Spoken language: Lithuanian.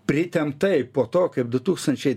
pritemptai po to kaip du tūkstančiai